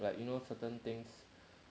like you know certain things